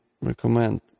recommend